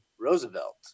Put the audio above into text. Roosevelt